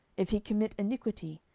if he commit iniquity,